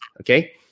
okay